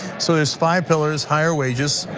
so there's five pillars, higher wages,